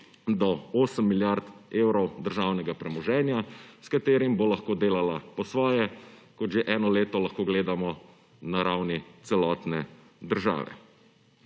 do 8 milijard evrov državnega premoženja s katerim bo lahko delala po svoje kot že eno leto lahko gledamo na ravni celotne države.